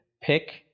pick